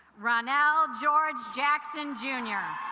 ronelle george jackson jr.